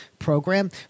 program